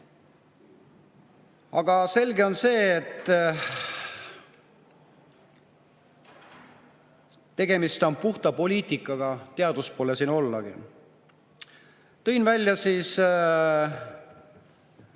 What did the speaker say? Aga selge on see, et tegemist on puhta poliitikaga, teadust pole siin ollagi. Tõin välja lühikese